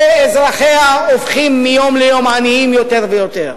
שאזרחיה הופכים מיום ליום עניים יותר ויותר.